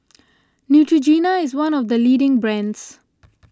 Neutrogena is one of the leading brands